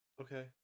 Okay